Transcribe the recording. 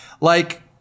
like-